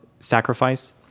sacrifice